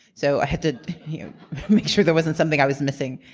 so i had to make sure there wasn't something i was missing.